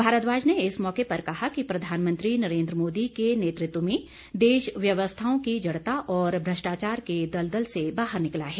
भारद्वाज ने इस मौके पर कहा कि प्रधानमंत्री नरेन्द्र मोदी के नेतृत्व में देश व्यवस्थाओं की जड़ता और भ्रष्टाचार के दलदल से बाहर निकला है